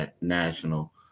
national